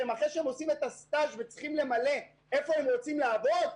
אחרי שהם עושים את הסטאז' וצריכים למלא איפה הם רוצים לעבוד,